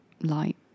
light